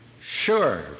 Sure